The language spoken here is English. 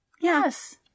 Yes